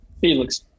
Felix